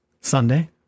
Sunday